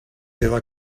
iddo